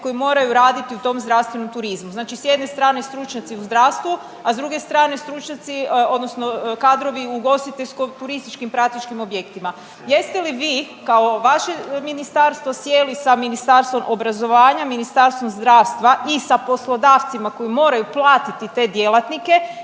koji moraju raditi u tom zdravstvenom turizmu. Znači s jedne strane stručnjaci u zdravstvu, a s druge strane stručnjaci odnosno kadrovi ugostiteljsko turističkim … objektima. Jeste li vi kao vaše ministarstvo sjeli sa Ministarstvom obrazovanja, Ministarstvom zdravstva i sa poslodavcima koji moraju platiti te djelatnike